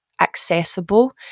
accessible